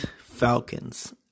Falcons